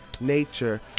nature